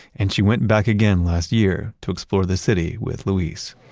and she went back again last year to explore the city with luis